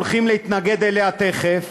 הולכים להתנגד לה תכף,